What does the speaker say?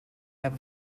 have